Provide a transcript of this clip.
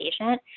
patient